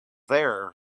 there